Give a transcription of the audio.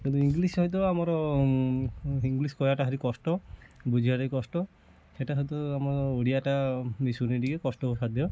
କିନ୍ତୁ ଇଙ୍ଗଲିଶ୍ ସହିତ ଆମର ଇଙ୍ଗଲିଶ୍ କହିବା ଟା ଭାରି କଷ୍ଟ ବୁଝିବା ଟା ବି କଷ୍ଟ ସେଇଟା ଆମର ଓଡ଼ିଆ ଟା ମିଶୁନି ଟିକେ କଷ୍ଟସାଧ୍ୟ